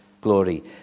glory